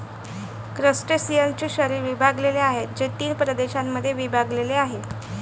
क्रस्टेशियन्सचे शरीर विभागलेले आहे, जे तीन प्रदेशांमध्ये विभागलेले आहे